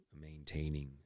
maintaining